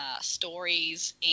stories